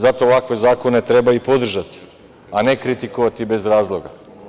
Zato ovakve zakone treba i podržati, a ne kritikovati bez razloga.